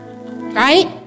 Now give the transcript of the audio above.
Right